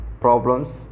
problems